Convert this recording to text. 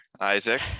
Isaac